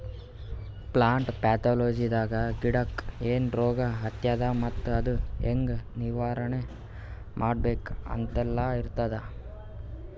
plant ಪ್ಯಾಥೊಲಜಿದಾಗ ಗಿಡಕ್ಕ್ ಏನ್ ರೋಗ್ ಹತ್ಯಾದ ಮತ್ತ್ ಅದು ಹೆಂಗ್ ನಿವಾರಣೆ ಮಾಡ್ಬೇಕ್ ಅಂತೆಲ್ಲಾ ಇರ್ತದ್